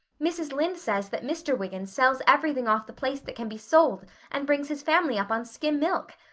mrs. lynde says that mr. wiggins sells everything off the place that can be sold and brings his family up on skim milk.